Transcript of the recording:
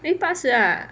eh 八十 ah